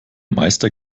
meister